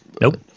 nope